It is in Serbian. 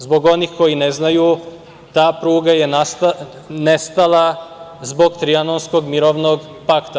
Zbog onih koji ne znaju, ta pruga je nestala zbog Trijanonskog mirovnog pakta.